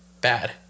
Bad